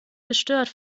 gestört